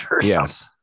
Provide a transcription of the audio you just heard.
Yes